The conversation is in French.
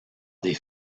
des